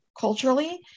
Culturally